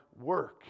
work